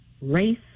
race